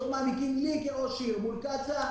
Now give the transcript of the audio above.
שהיו מעניקים לי כראש עיר מול קצא"א,